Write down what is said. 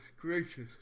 gracious